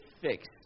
fixed